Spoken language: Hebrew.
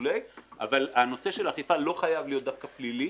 אבל הנושא של אכיפה לא חייב להיות דווקא פלילי.